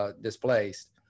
displaced